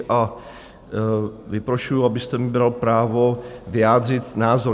A vyprošuju, abyste mi bral právo vyjádřit názor.